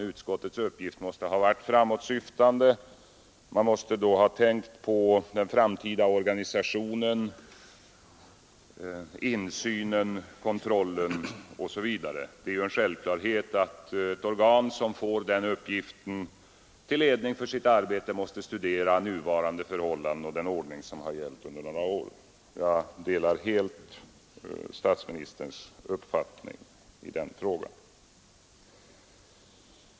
Utskottets uppgift måste ha varit framåtsyftande. Man måste ha tänkt på den framtida organisationen, insynen, kontrollen osv. Det är en självklarhet att ett organ som får den uppgiften till ledning för sitt arbete måste studera nuvarande förhållanden och den ordning som gällt under några år. Jag delar helt statsministerns uppfattning i den frågan.